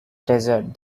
desert